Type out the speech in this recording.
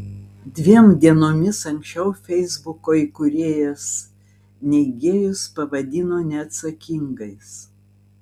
dviem dienomis anksčiau feisbuko įkūrėjas neigėjus pavadino neatsakingais